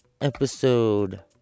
episode